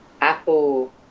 Apple